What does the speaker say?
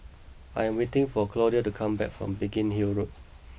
I am waiting for Claudio to come back from Biggin Hill Road